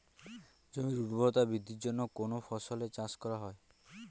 জমির উর্বরতা বৃদ্ধির জন্য কোন ফসলের চাষ করা হয়?